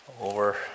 Over